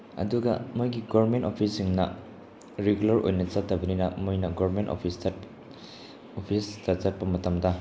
ꯑꯗꯨꯒ ꯃꯣꯏꯒꯤ ꯒꯣꯔꯃꯦꯟ ꯑꯣꯐꯤꯁꯁꯤꯡꯅ ꯔꯤꯒꯨꯂꯔ ꯑꯣꯏꯅ ꯆꯠꯇꯕꯅꯤꯅ ꯃꯣꯏꯅ ꯒꯣꯔꯃꯦꯟ ꯑꯣꯐꯤꯁ ꯑꯣꯐꯤꯁꯇ ꯆꯠꯄ ꯃꯇꯝꯗ